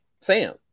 Sam